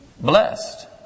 blessed